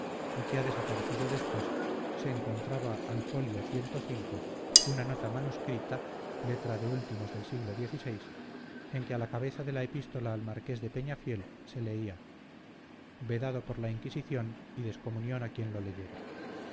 y que ha desaparecido después se encontraba al fól una nota manuscrita letra de últimos del siglo xvi en que a la cabeza de la epístola al marqués de peñafiel se leía vedado por la inquisición y descomunión a quien lo leyere